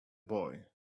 boy